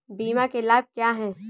बीमा के लाभ क्या हैं?